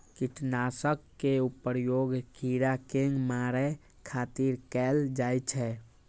कीटनाशक के प्रयोग कीड़ा कें मारै खातिर कैल जाइ छै